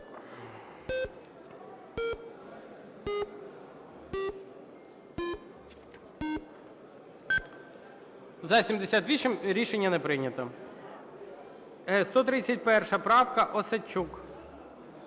За-78 Рішення не прийнято. 131 правка, Осадчук.